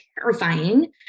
terrifying